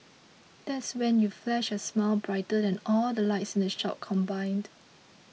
that's when you flash a smile brighter than all the lights in the shop combined